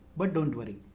but don't worry.